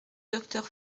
docteur